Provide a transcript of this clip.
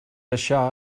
això